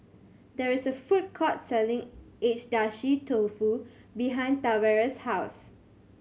there is a food court selling Agedashi Dofu behind Tavares' house